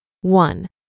One